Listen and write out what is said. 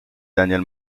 daniel